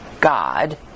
God